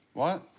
what?